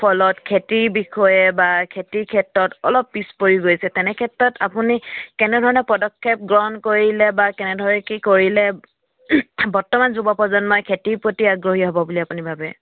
ফলত খেতিৰ বিষয়ে বা খেতিৰ ক্ষেত্ৰত অলপ পিছ পৰি গৈছে তেনেক্ষেত্ৰত আপুনি কেনেধৰণে পদক্ষেপ গ্ৰহণ কৰিলে বা কেনেদৰে কি কৰিলে বৰ্তমান যুৱ প্ৰজন্মই খেতিৰ প্ৰতি আগ্ৰহী হ'ব বুলি আপুনি ভাবে